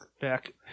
Back